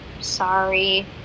sorry